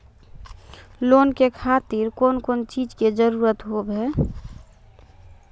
Loan के खातिर कौन कौन चीज के जरूरत हाव है?